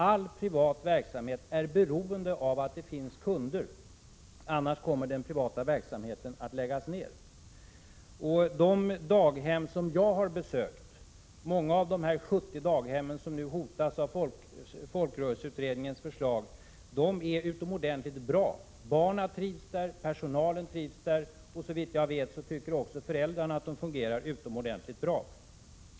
All privat verksamhet är beroende av att det finns kunder, annars kommer den privata verksamheten att läggas ned. De daghem som jag har besökt, många av de 70 daghem som nu hotas av folkrörelseutredningens förslag, är utomordentligt bra. Barnen trivs där, personalen trivs där, och såvitt jag vet tycker också föräldrarna att daghemmen fungerar utomordentligt bra.